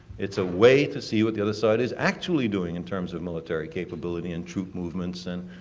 it's a way to see what the other side is actually doing in terms of military capabilities and troop movements and